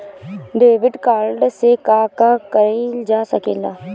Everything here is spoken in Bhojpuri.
डेबिट कार्ड से का का कइल जा सके ला?